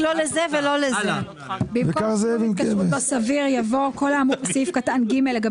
הסתייגות מספר 4. במקום "סירוב בלתי סביר" יבוא "אינו רשאי לסרב".